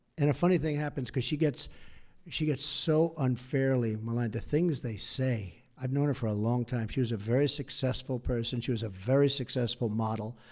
and a funny thing happens because she gets she gets so unfairly maligned. the things they say i've known her for a long time. she was a very successful person. she was a very successful model.